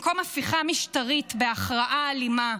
במקום הפיכה משטרית בהכרעה אלימה.